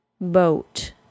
boat